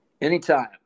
Anytime